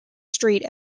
street